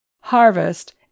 harvest